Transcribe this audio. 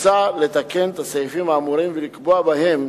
מוצע לתקן את הסעיפים האמורים ולקבוע בהם